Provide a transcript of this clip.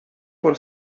por